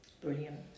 Brilliant